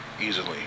easily